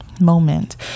moment